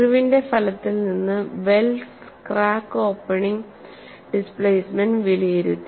ഇർവിന്റെ ഫലത്തിൽ നിന്ന് വെൽസ് ക്രാക്ക് ഓപ്പണിങ് ഡിസ്പ്ലേസ്മെന്റ് വിലയിരുത്തി